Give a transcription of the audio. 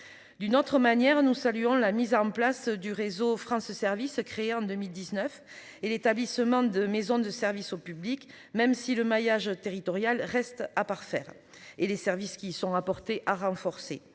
D'une autre manière non saluant la mise en place du réseau France ce service créé en 2019 et l'établissement de maisons de service au public, même si le maillage territorial reste à parfaire et les services qui sont apportées à renforcer